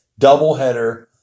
doubleheader